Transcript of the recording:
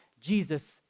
Jesus